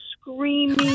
screaming